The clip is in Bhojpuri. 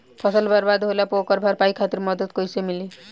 फसल बर्बाद होला पर ओकर भरपाई खातिर मदद कइसे मिली?